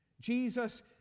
Jesus